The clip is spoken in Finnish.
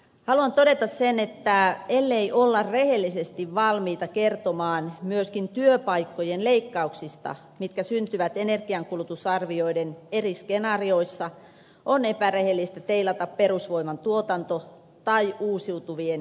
haluan todeta sen että ellei olla rehellisesti valmiita kertomaan myöskin työpaikkojen leikkauksista mitkä syntyvät energiankulutusarvioiden eri skenaarioissa on epärehellistä teilata perusvoiman tuotanto tai uusiutuvien energiatukimuotojen hinta